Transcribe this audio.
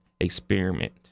Experiment